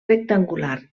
rectangular